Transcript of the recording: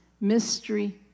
Mystery